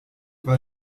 war